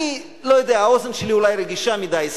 אני לא יודע, האוזן שלי אולי רגישה מדי.